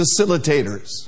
facilitators